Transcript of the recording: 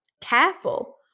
careful